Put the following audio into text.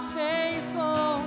faithful